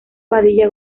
padilla